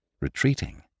retreating